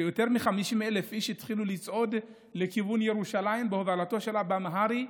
שיותר מ-50,000 איש התחילו לצעוד לכיוון ירושלים בהובלתו של אבא מהרי.